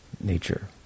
nature